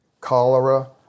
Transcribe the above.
cholera